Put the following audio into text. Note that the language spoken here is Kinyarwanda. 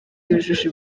yujuje